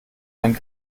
einen